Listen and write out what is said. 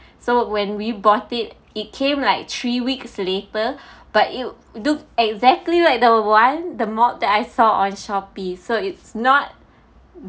so when we bought it it came like three weeks later but it look exactly like the one the mop that I saw on Shopee so it's not